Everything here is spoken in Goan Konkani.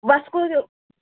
वास्को घेवं